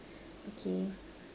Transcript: okay